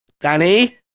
Danny